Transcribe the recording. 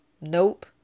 Nope